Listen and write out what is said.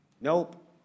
Nope